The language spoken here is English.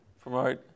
promote